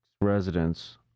residents